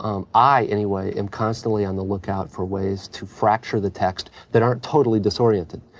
um i, anyway, am constantly on the lookout for ways to fracture the text that aren't totally disoriented.